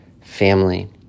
family